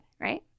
right